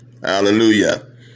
Hallelujah